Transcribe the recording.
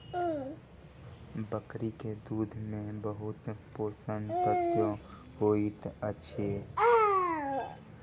बकरी के दूध में बहुत पोषक तत्व होइत अछि